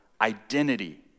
identity